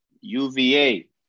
UVA